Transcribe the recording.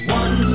one